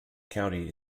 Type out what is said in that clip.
county